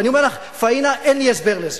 ואני אומר לך, פאינה, אין לי הסבר לזה.